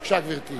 בבקשה, גברתי.